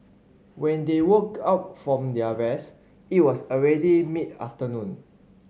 when they woke up from their rest it was already mid afternoon